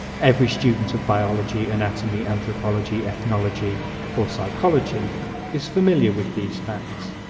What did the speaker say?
every student of biology, anatomy, anthropology, ethnology or psychology is familiar with these facts.